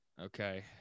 Okay